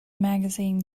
magazine